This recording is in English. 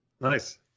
nice